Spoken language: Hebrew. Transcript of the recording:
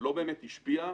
לא באמת השפיע,